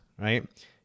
right